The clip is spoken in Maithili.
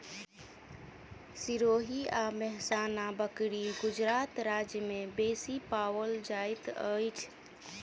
सिरोही आ मेहसाना बकरी गुजरात राज्य में बेसी पाओल जाइत अछि